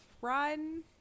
run